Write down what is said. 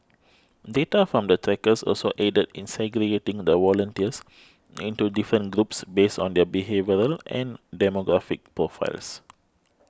data from the trackers also aided in segregating the volunteers into different groups based on their behavioural and demographic profiles